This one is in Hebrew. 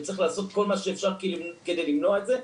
וצריך לעשות כל מה שאפשר כדי למנוע את זה.